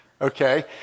okay